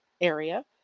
area